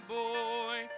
boy